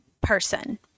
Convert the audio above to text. person